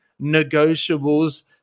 negotiables